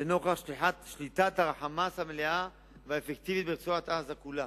לנוכח שליטת ה"חמאס" המלאה והאפקטיבית ברצועת-עזה כולה.